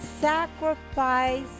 sacrifice